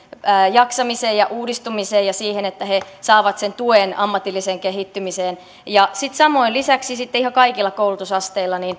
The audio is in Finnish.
jaksamiseen ja uudistumiseen ja siihen että he saavat sen tuen ammatilliseen kehittymiseen samoin lisäksi sitten ihan kaikilla koulutusasteilla